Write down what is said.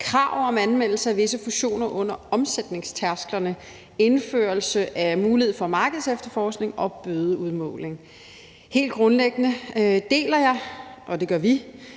krav om anmeldelse af visse fusioner under omsætningstærsklerne og indførelse af mulighed for markedsefterforskning og bødeudmåling. Helt grundlæggende deler vi den